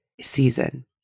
season